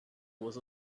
was